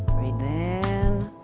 breathe in,